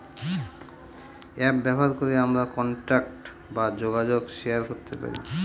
app ব্যবহার করে আমরা কন্টাক্ট বা যোগাযোগ শেয়ার করতে পারি